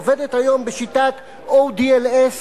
עובדת היום בשיטת ODLS,